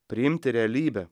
priimti realybę